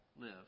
live